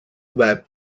were